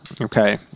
okay